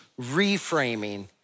reframing